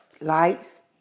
lights